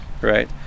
right